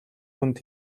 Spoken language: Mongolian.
хүнд